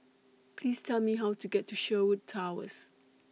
Please Tell Me How to get to Sherwood Towers